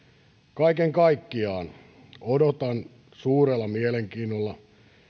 kaiken kaikkiaan odotan suurella mielenkiinnolla